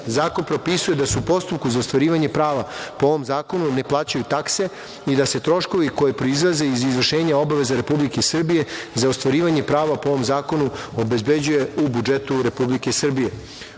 Zakon propisuje da se u postupku za ostvarivanje prava po ovom zakonu ne plaćaju takse i da se troškovi koji proizilaze iz izvršenja obaveza Republike Srbije za ostvarivanje prava po ovom zakonu obezbeđuju u budžetu Republike